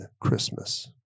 Christmas